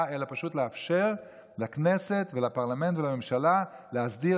אלא פשוט כדי לאפשר לכנסת ולפרלמנט ולממשלה להסדיר